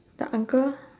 the uncle